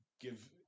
give